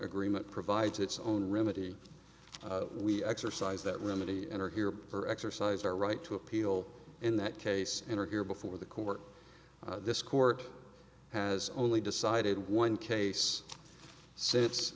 agreement provides its own remedy we exercise that remedy enter here or exercise our right to appeal in that case interger before the court this court has only decided one case say